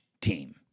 team